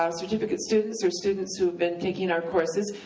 um certificate students or students who have been taking our courses,